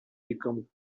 become